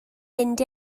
mynd